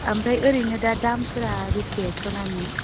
ओमफ्राय ओरैनो दा दामफोरा बेसे सनानि